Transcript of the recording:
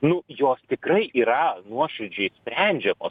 nu jos tikrai yra nuoširdžiai sprendžiamos